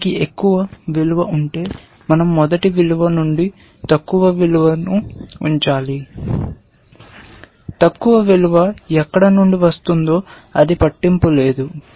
దీనికి ఎక్కువ విలువ ఉంటే మనం మొదటి విలువ నుండి తక్కువ విలువను ఉంచాలి తక్కువ విలువ ఎక్కడ నుండి వస్తుందో అది పట్టింపు లేదు